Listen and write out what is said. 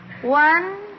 One